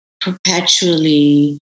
perpetually